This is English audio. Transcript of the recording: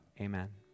Amen